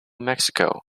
mexico